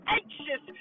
anxious